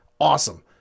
Awesome